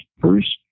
first